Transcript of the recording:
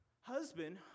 husband